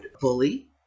bully